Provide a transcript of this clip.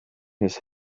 his